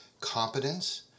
competence